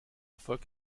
erfolg